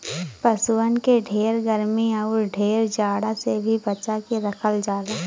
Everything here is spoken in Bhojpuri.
पसुअन के ढेर गरमी आउर ढेर जाड़ा से भी बचा के रखल जाला